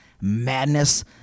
madness